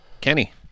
Kenny